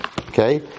Okay